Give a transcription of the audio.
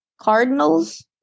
Cardinals